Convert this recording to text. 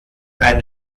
ein